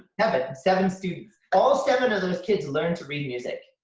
seven, seven students. all seven of those kids learned to read music.